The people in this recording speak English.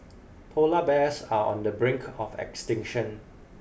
polar bears are on the brink of extinction